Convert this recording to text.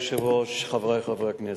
אדוני היושב-ראש, חברי חברי הכנסת,